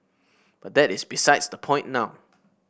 but that is besides the point now